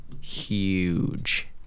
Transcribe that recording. Huge